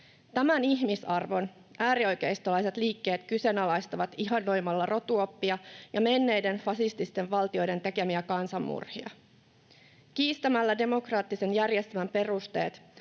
Tämän ihmisarvon äärioikeistolaiset liikkeet kyseenalaistavat ihannoimalla rotuoppia ja menneiden fasististen valtioiden tekemiä kansanmurhia. Kiistämällä demokraattisen järjestelmän perusteet